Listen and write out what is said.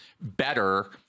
better